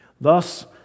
Thus